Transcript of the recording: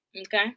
okay